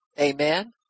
Amen